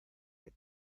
que